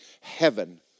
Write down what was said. heaven